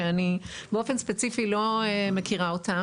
שאני באופן ספציפי לא מכירה אותה,